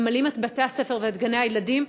ממלאים את בתי-הספר ואת גני הילדים,